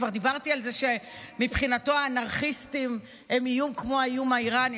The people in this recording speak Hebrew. כבר דיברתי על זה שמבחינתו האנרכיסטים הם איום כמו האיום האיראני.